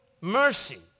mercy